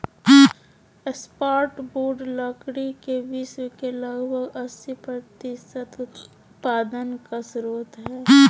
softwood लकड़ी के विश्व के लगभग अस्सी प्रतिसत उत्पादन का स्रोत हइ